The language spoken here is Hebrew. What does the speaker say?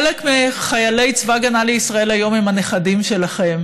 חלק מחיילי צבא ההגנה לישראל היום הם נכדים שלכם,